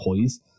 poise